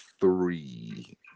three